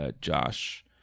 Josh